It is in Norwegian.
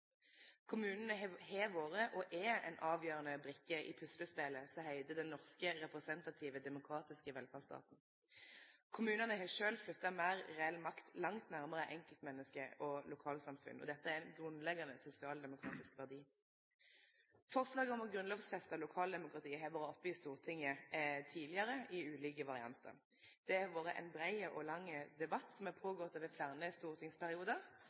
Kommunane har vore og er ei avgjerande brikke i puslespelet som heiter den norske representative demokratiske velferdsstaten. Kommunane har sjølve flytta meir reell makt langt nærmare enkeltmenneske og lokalsamfunn. Dette er ein grunnleggjande sosialdemokratisk verdi. Forslaget om å grunnlovfeste lokaldemokratiet har vore oppe i Stortinget tidlegare i ulike variantar. Det har vore ein brei og lang debatt som har gått føre seg over fleire